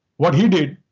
what he did,